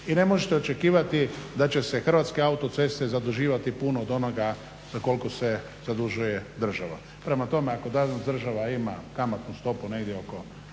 I ne možete očekivati da će se Hrvatske autoceste zaduživati puno od onoga za koliko se zadužuje država. Prema tome, ako danas država ima kamatnu stopu negdje oko